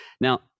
Now